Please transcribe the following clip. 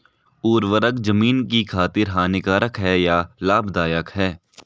उर्वरक ज़मीन की खातिर हानिकारक है या लाभदायक है?